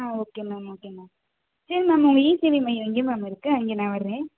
ஆ okay ma'am okay ma'am சரி ma'am உங்கள் இ சேவை மையம் எங்கே மேம் இருக்கு அங்கே நான் வர்றேன்